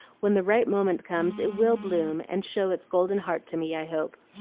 when the right moment comes, it will bloom and show its golden heart to me, i hope.